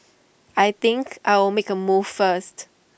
I think I'll make A move first